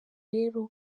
rero